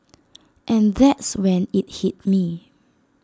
and that's when IT hit me